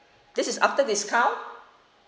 this is after discount